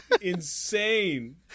insane